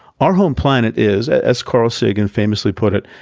our home planet is, as carl sagan famously put it,